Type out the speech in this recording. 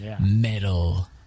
metal